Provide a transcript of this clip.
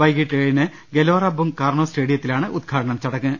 വൈകിട്ട് ഏഴിന് Gelora Bung Karno സ്റ്റേഡിയ ത്തിലാണ് ഉദ്ഘാടന ചടങ്ങ്